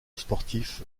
sportif